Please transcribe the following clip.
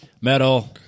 metal